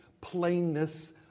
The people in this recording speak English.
plainness